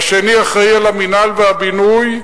השני אחראי למינהל ולבינוי,